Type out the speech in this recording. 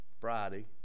Friday